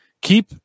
keep